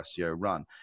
run